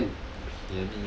ya